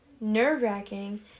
Nerve-wracking